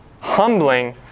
humbling